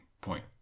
point